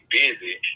busy